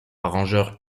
arrangeur